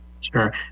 Sure